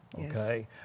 Okay